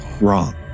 wrong